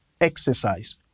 exercise